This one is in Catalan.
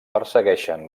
persegueixen